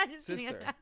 sister